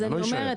אז אני אומרת,